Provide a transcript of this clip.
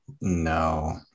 no